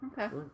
Okay